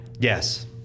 yes